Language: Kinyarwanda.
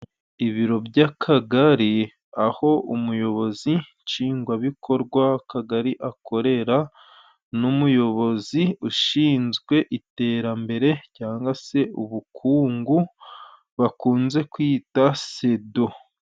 Ibiro by'Akagari aho umuyobozi nshingwabikorwa w' Akagari akorera, n'umuyobozi ushinzwe iterambere cyangwa se ubukungu bakunze kwita Sedo.